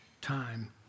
time